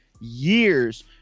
years